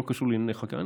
שלא קשור לענייני חקיקה.